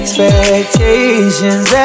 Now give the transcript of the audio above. Expectations